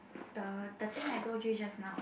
the the thing I told you just now